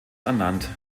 ernannt